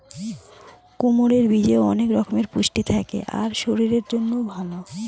কুমড়োর বীজে অনেক রকমের পুষ্টি থাকে আর শরীরের জন্যও ভালো